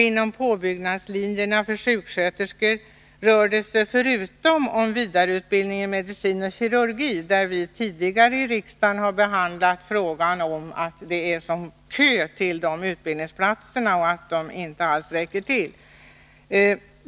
Inom påbyggnadslinjerna för sjuksköterskor rör det sig om bl.a. vidareutbildning i medicin och kirurgi. Vi har ju tidigare i riksdagen haft uppe frågan om att det är sådan kö till de här utbildningsplatserna och att de inte alls räcker till.